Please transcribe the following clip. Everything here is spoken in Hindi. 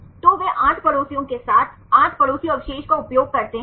तो वे 8 पड़ोसियों के साथ 8 पड़ोसियों अवशेष का उपयोग करते हैं